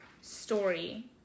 story